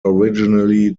originally